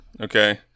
Okay